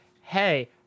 hey